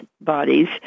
bodies